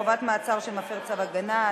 חובת מעצר של מפר צו הגנה),